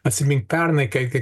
atsimink pernai kai kai